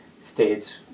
states